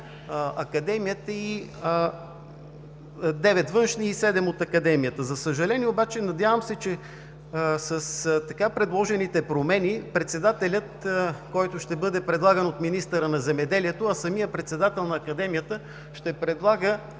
човека: 9 външни и 7 от Академията. Надявам се, че с така предложените промени председателят, който ще бъде предлаган от министъра на земеделието, а самият председател на Академията ще предлага